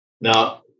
Now